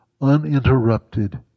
uninterrupted